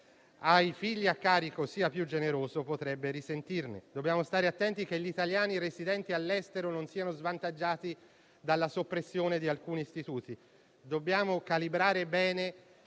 ai figli a carico sia più generoso potrebbe risentirne. Dobbiamo stare attenti affinché gli italiani residenti all'estero non siano svantaggiati dalla soppressione di alcuni istituti e dobbiamo calibrare bene